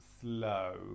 slow